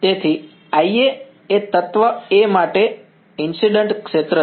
તેથી i A એ તત્વ A માટે ઈન્સિડન્ટ ક્ષેત્ર છે